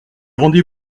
rendez